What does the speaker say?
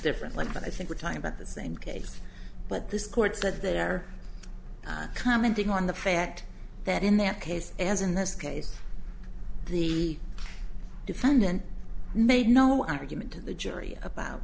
different one but i think we're talking about the same case but this court said they are commenting on the fact that in their case as in this case the defendant made no argument to the jury about